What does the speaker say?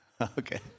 Okay